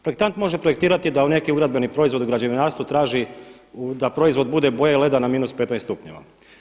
Projektant može projektirati da u neki ugradbeni proizvod u građevinarstvu traži da proizvod bude boje leda na -15 stupnjeva.